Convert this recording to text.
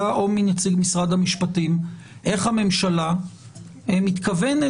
או מנציג משרד המשפטים איך הממשלה מתכוונת